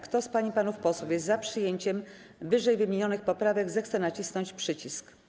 Kto z pań i panów posłów jest za przyjęciem ww. poprawek, zechce nacisnąć przycisk.